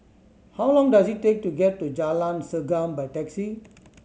how long does it take to get to Jalan Segam by taxi